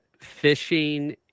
fishing